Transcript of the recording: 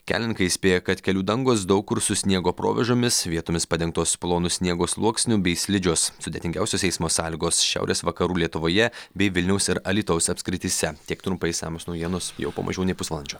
kelininkai įspėja kad kelių dangos daug kur su sniego provėžomis vietomis padengtos plonu sniego sluoksniu bei slidžios sudėtingiausios eismo sąlygos šiaurės vakarų lietuvoje bei vilniaus ir alytaus apskrityse tiek trumpai išsamios naujienos jau po mažiau nei pusvalandžio